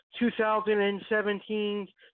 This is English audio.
2017